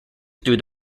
through